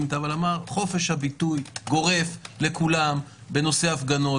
אבל הוא אמר: חופש ביטוי גורף לכולם בנושא הפגנות,